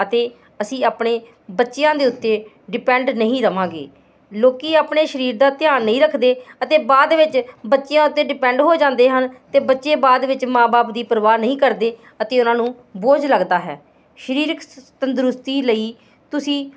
ਅਤੇ ਅਸੀਂ ਆਪਣੇ ਬੱਚਿਆਂ ਦੇ ਉੱਤੇ ਡਿਪੈਂਡ ਨਹੀਂ ਰਹਾਂਗੇ ਲੋਕ ਆਪਣੇ ਸਰੀਰ ਦਾ ਧਿਆਨ ਨਹੀਂ ਰੱਖਦੇ ਅਤੇ ਬਾਅਦ ਦੇ ਵਿੱਚ ਬੱਚਿਆਂ 'ਤੇ ਡਿਪੈਂਡ ਹੋ ਜਾਂਦੇ ਹਨ ਅਤੇ ਬੱਚੇ ਬਾਅਦ ਵਿੱਚ ਮਾਂ ਬਾਪ ਦੀ ਪਰਵਾਹ ਨਹੀਂ ਕਰਦੇ ਅਤੇ ਉਹਨਾਂ ਨੂੰ ਬੋਝ ਲੱਗਦਾ ਹੈ ਸਰੀਰਕ ਤੰਦਰੁਸਤੀ ਲਈ ਤੁਸੀਂ